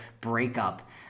breakup